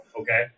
okay